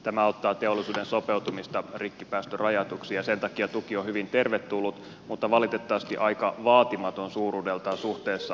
tämä auttaa teollisuuden sopeutumista rikkipäästörajoituksiin ja sen takia tuki on hyvin tervetullut mutta valitettavasti aika vaatimaton suuruudeltaan suhteessa tarpeeseen